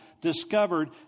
discovered